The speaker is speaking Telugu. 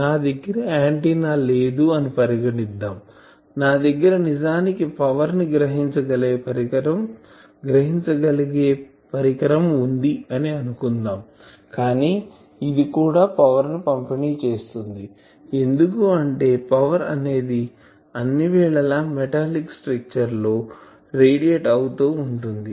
నా దగ్గర ఆంటిన్నా లేదు అని పరిగణిద్దాం నా దగ్గర నిజానికి పవర్ ని గ్రహించగలే పరికరం వుంది అని అనుకుందాం కానీ ఇది కూడా పవర్ ని పంపిణి చేస్తుంది ఎందుకు అంటే పవర్ అనేది అన్ని వేళల మెటాలిక్ స్ట్రక్చర్ లో రేడియేట్ అవుతూ ఉంటుంది